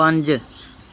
ਪੰਜ